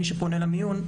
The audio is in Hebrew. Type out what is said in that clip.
מי שפונה למיון,